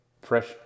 fresh